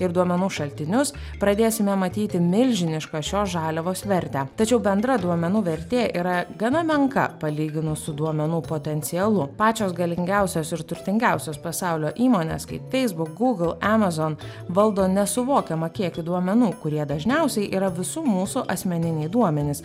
ir duomenų šaltinius pradėsime matyti milžinišką šios žaliavos vertę tačiau bendra duomenų vertė yra gana menka palyginus su duomenų potencialu pačios galingiausios ir turtingiausios pasaulio įmonės kaip facebook google amazon valdo nesuvokiamą kiekį duomenų kurie dažniausiai yra visų mūsų asmeniniai duomenys